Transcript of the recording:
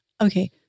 Okay